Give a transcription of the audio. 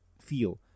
feel